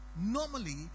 normally